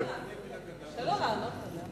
קשה לו לענות עליה.